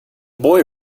boy